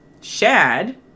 Shad